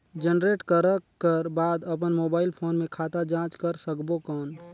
Generate करक कर बाद अपन मोबाइल फोन मे खाता जांच कर सकबो कौन?